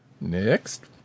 Next